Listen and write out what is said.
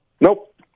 Nope